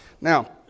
Now